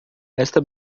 esta